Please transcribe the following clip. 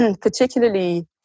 particularly